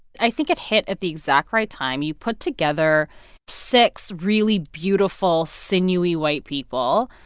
i think it hit at the exact right time. you put together six really beautiful, sinewy white people,